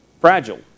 fragile